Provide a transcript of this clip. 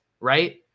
right